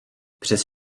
přes